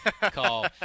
call